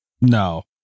No